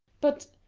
but,